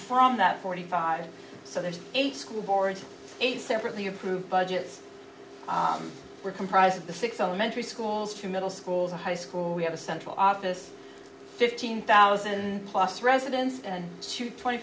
from that forty five so there's eight school boards eight separately approved budgets were comprised of the six elementary schools two middle schools and high school we have a central office fifteen thousand plus residents and to twenty